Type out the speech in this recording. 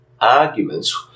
arguments